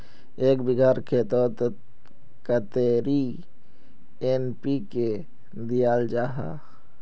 एक बिगहा खेतोत कतेरी एन.पी.के दियाल जहा?